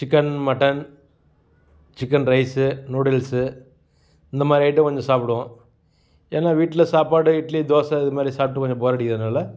chicken mutton chicken rice noodles இந்தமாதிரி item கொஞ்சம் சாப்பிடுவோம் ஏன்னா வீட்டில சாப்பாடு இட்லி தோசை இதுமாதிரி சாப்பிட்டு கொஞ்சம் போர் அடிக்கிறதனால